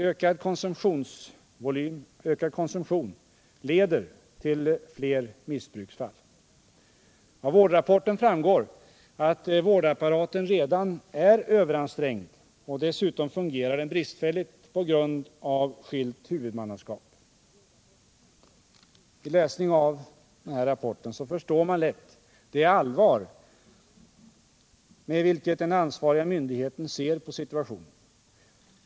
Ökad konsumtion leder till fler missbruksfall. Av vårdrapporten framgår att vårdapparaten redan är överansträngd. Dessutom fungerar den bristfälligt på grund av skilt huvudmannaskap. Vid läsning av den här rapporten förstår man lätt det allvar med vilket den ansvariga myndigheten ser på situationen.